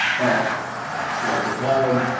but you know at the time,